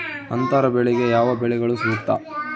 ಅಂತರ ಬೆಳೆಗೆ ಯಾವ ಬೆಳೆಗಳು ಸೂಕ್ತ?